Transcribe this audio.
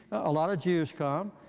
a lot of jews come.